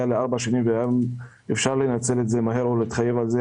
לארבע שנים והיה אפשר לנצל את זה מהר או להתחייב על זה.